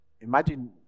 Imagine